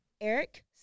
Eric